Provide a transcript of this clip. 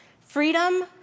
Freedom